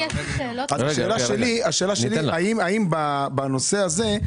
השאלה שלי היא האם בנושא הזה,